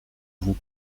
vous